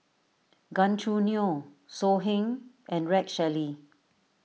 Gan Choo Neo So Heng and Rex Shelley